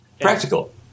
Practical